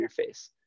interface